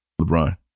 LeBron